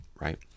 Right